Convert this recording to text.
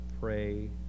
pray